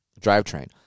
drivetrain